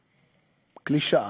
קלישאה: